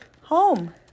home